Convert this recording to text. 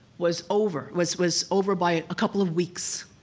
was over. was was over by a couple of weeks.